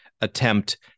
attempt